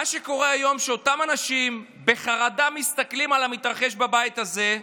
מה שקורה היום הוא שאותם אנשים מסתכלים בחרדה על המתרחש בבית הזה.